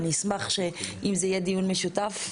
אני אשמח אם זה יהיה דיון משותף,